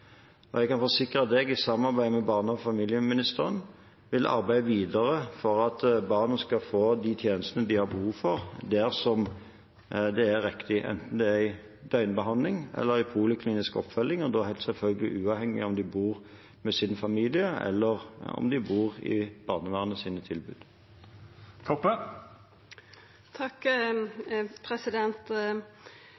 Jeg kan forsikre at jeg, i samarbeid med barne- og familieministeren, vil arbeide videre for at barna skal få de tjenestene de har behov for, der det er riktig, enten det er døgnbehandling eller i form av poliklinisk oppfølging – og da selvfølgelig helt uavhengig av om de bor med sin familie, eller om de bor i barnevernets tilbud.